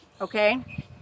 okay